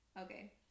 Okay